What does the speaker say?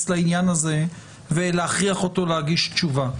לעניין הזה ולהכריח אותו להגיש תשובה.